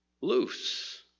Loose